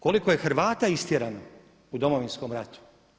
Koliko je Hrvata istjerano u Domovinskom ratu.